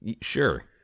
Sure